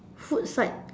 food fight